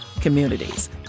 communities